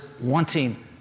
wanting